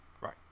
Right